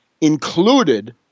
included